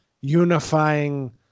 unifying